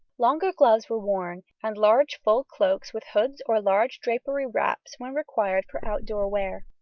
longer gloves were worn, and large full cloaks with hoods or large drapery wraps when required for outdoor wear.